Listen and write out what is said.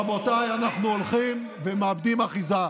רבותיי, אנחנו הולכים ומאבדים אחיזה.